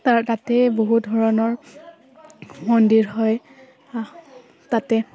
তাতে বহু ধৰণৰ মন্দিৰ হয় তাতে